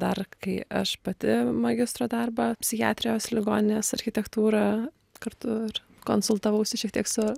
dar kai aš pati magistro darbą psichiatrijos ligoninės architektūrą kartu ir konsultavausi šiek tiek su